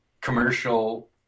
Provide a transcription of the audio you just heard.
commercial